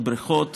הן בריכות